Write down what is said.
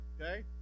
okay